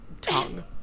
tongue